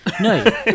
No